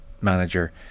manager